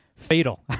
fatal